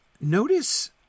Notice